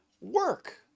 work